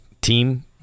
team